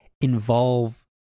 involve